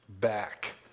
back